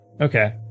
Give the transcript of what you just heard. okay